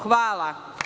Hvala.